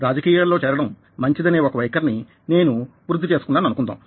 రాజకీయాలలో చేరడం మంచిదనే ఒక వైఖరిని నేను వృద్ధి చేసుకున్నాననుకుందాం